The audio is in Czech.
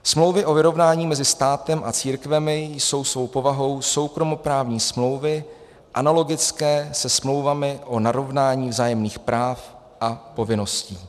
Smlouvy o vyrovnání mezi státem a církvemi jsou svou povahou soukromoprávní smlouvy analogické se smlouvami o narovnání vzájemných práv a povinností.